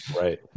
Right